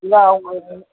இல்லை அவங்களுக்கு வந்